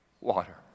water